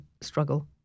struggle